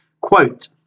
Quote